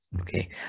Okay